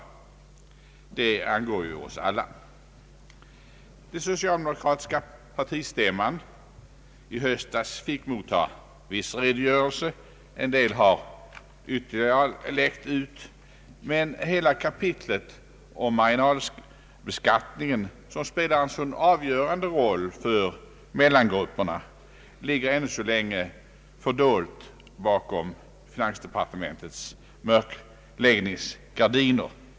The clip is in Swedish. Det angår ju oss alla. Den socialdemokratiska partistämman i höstas fick motta viss redogörelse. En del har ytterligare läckt ut, men hela kapitlet om marginalbeskattningen, som spelar en så avgörande roll för mellangrupperna, ligger ännu så länge fördolt bakom =<:finansdepartementets mörkläggningsgardiner.